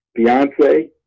Beyonce